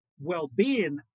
well-being